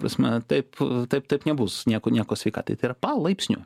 prasme taip taip taip nebus nieko nieko sveikatai tai yra palaipsniui